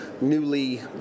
newly